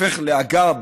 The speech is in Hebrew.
תיהפך לאגם